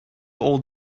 old